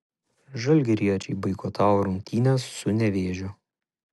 žalgiriečiai boikotavo rungtynes su nevėžiu